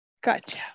gotcha